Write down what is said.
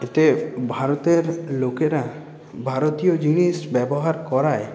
এতে ভারতের লোকেরা ভারতীয় জিনিস ব্যবহার করায়